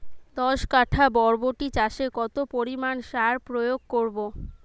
দশ কাঠা বরবটি চাষে কত পরিমাণ সার প্রয়োগ করব?